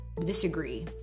disagree